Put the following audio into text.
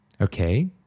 Okay